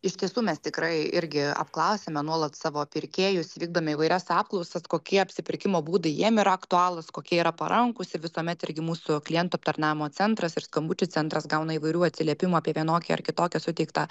iš tiesų mes tikrai irgi apklausiame nuolat savo pirkėjus vykdome įvairias apklausas kokie apsipirkimo būdai jiem yra aktualūs kokie yra parankūs ir visuomet irgi mūsų klientų aptarnavimo centras ir skambučių centras gauna įvairių atsiliepimų apie vienokią ar kitokią suteiktą